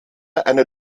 eine